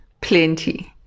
plenty